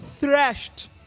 thrashed